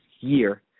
year